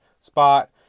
spot